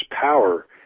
power